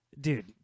Dude